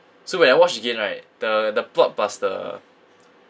so when I watch again right the the plot plus the